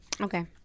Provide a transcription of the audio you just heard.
Okay